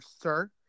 sir